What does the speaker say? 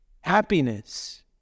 happiness